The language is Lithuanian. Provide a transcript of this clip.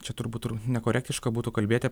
čia turbūt nekorektiška būtų kalbėti